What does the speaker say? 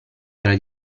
era